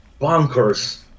bonkers